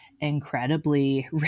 incredibly